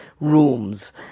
rooms